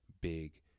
big